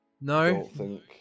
No